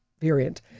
variant